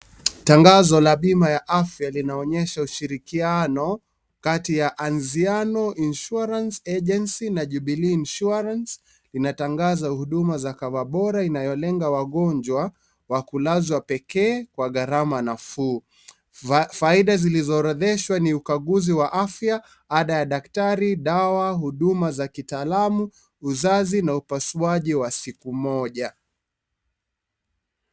Tangazo la bima ya afya linaonyesha ushirikiano, kati ya Anziano Insurance Agency na Jubilee Insurance, inatangaza huduma za kava bora inayolenga wagonjwa, wa kulazwa pekee kwa garama nafuu, va, faida zilizoorodheshwa ni ukaguzi wa afya, ada ya daktari, dawa huduma za kitaalamu, uzazi na upaswaji wa siku moja.